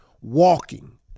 walking